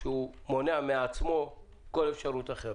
שהוא מונע מעצמו כל אפשרות אחרת.